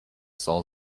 solar